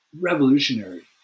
revolutionary